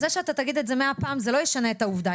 זה שאתה תגיד את זה 100 פעמים זה לא ישנה את העובדה.